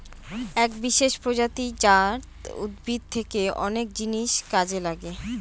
এক বিশেষ প্রজাতি জাট উদ্ভিদ থেকে অনেক জিনিস কাজে লাগে